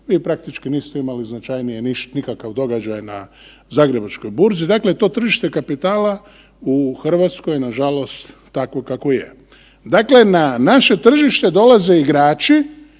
vi praktički niste imali značajnije nikakav događaj na zagrebačkoj burzi. Dakle, to tržište kapitala u RH je nažalost takvo kakvo je. Dakle, na naše tržište dolaze igrači